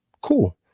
Cool